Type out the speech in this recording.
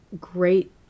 great